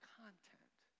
content